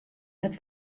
net